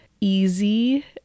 easy